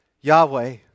Yahweh